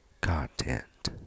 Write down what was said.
content